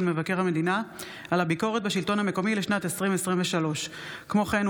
מבקר המדינה על הביקורת בשלטון המקומי לשנת 2023. כמו כן,